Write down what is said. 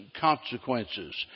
consequences